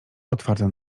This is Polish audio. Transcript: otwarta